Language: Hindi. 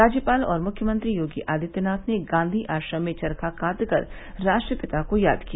राज्यपाल और मुख्यमंत्री योगी आदित्यनाथ ने गांधी आश्रम में चरखा कातकर राष्ट्रपिता को याद किया